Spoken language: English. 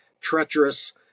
treacherous